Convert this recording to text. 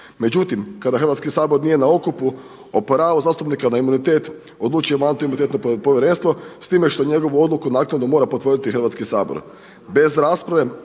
Međutim, kada Hrvatski sabor nije na okupu o pravu zastupnika na imunitet odlučuje Mandatno-imunitetno povjerenstvo s time što njegovu odluku naknadno mora potvrditi Hrvatski sabor. Bez rasprave